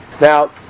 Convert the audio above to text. Now